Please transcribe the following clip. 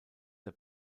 der